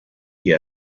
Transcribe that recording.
que